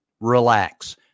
relax